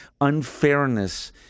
unfairness